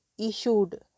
issued